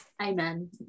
amen